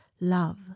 love